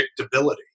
predictability